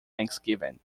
thanksgiving